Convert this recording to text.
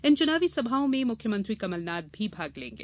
इन चुनावी सभाओं में मुख्यमंत्री कमलनाथ भी भाग लेंगे